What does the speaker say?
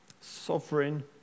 Sovereign